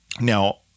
Now